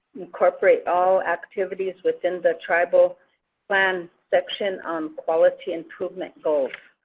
incorporate all activities within the tribal plan section on quality improvement goals.